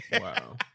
Wow